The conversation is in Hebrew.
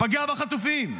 פגע בחטופים.